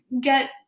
get